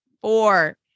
four